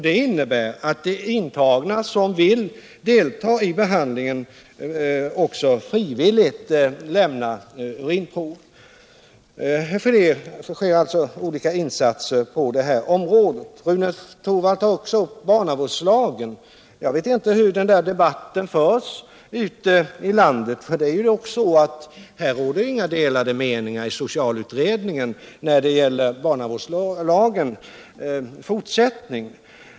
Det innebär att de intagna som vill delta i behandlingen 3 också frivilligt lämnar urinprov. Det görs alltså olika insatser på detta område. Rune Torwald tar vidare upp frågan om barnavårdslagen. Jag vet inte hur den debatten förs ute i landet, för i socialutredningen råder inga delade meningar när det gäller barnavårdslagens fortsättning.